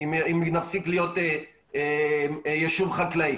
אם נפסיק להיות יישוב חקלאי.